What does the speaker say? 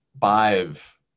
five